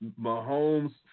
Mahomes